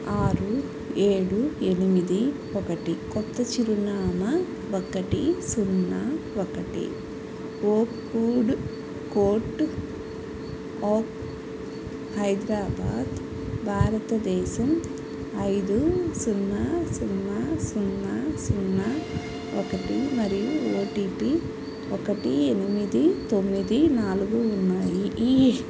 ఆరు ఏడు ఎనిమిది ఒకటి కొత్త చిరునామా ఒకటి సున్నా ఒకటి ఓ క్వుడ్ కోర్ట్ హైదరాబాద్ భారతదేశం ఐదు సున్నా సున్నా సున్నా సున్నా ఒకటి మరియు ఓ టీ పీ ఒకటి ఎనిమిది తొమ్మిది నాలుగు ఉన్నాయి